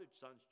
son's